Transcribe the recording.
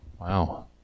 wow